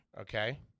Okay